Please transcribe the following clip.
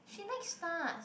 she likes stars